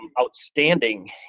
outstanding